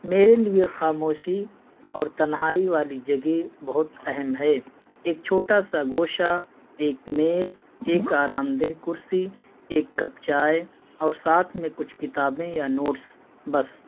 میرے لیے خاموشی اور تنہائی والی جگہ بہت اہم ہے ایک چھوٹا سا گوشا ایک میز ایک آرام دہ کرسی ایک کپ چائے اور ساتھ میں کچھ کتابیں یا نوٹس بس